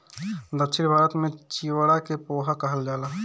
दक्षिण भारत में चिवड़ा के पोहा कहल जाला